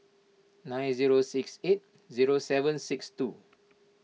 nine zero six eight zero seven six two